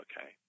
okay